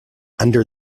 under